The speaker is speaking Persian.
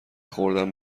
خوردن